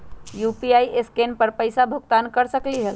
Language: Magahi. यू.पी.आई से स्केन कर पईसा भुगतान कर सकलीहल?